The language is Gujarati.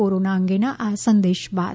કોરોના અંગેના આ સંદેશ બાદ